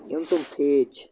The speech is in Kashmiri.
یِم تِم فیز چھِ